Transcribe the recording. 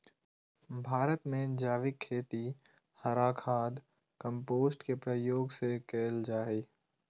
भारत में जैविक खेती हरा खाद, कंपोस्ट के प्रयोग से कैल जा हई